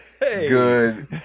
good